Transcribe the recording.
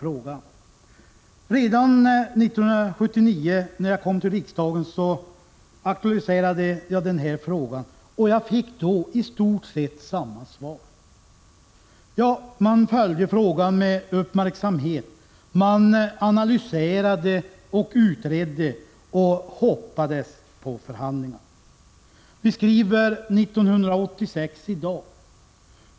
Redan när jag 1979 kom till riksdagen aktualiserade jag den här frågan, och jag fick då i stort sett samma svar som nu. Man följde frågan med uppmärksamhet, man analyserade och utredde och man hoppades på förhandlingar. Vi skriver i dag 1986.